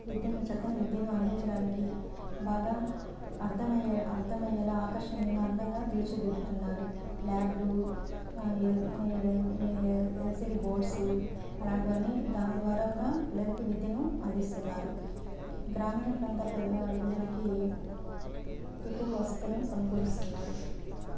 విద్యను చక్కని విద్యను అందిచడానికి బాగా అర్ధమయ్యే అర్ధమయ్యేలా ఆకర్షణీయంగా తీర్చి అందంగా దిద్దుతున్నారు ల్యాబ్లు ఎల్సీడీ బోర్డ్స్ అలాంటివన్నీ దాని ద్వారా కూడా పిల్లలకి విద్యను అందిస్తున్నారు గ్రామీణ ప్రాంత ప పిల్లలకి ఎక్కువ వసతులను సమకూరుస్తున్నారు